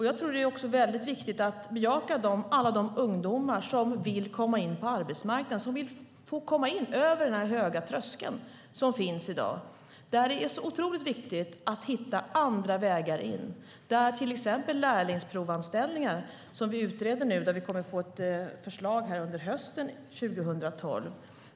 Jag tror att det också är väldigt viktigt att bejaka alla de ungdomar som vill komma in på arbetsmarknaden, som vill komma över den höga tröskel in som i dag finns. Det är otroligt viktigt att hitta andra vägar in. Till exempel utreder vi nu frågan om lärlingsprovanställningar. Ett förslag kommer hösten 2012.